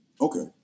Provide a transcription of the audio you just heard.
Okay